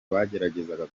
bagerageza